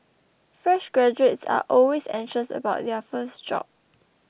fresh graduates are always anxious about their first job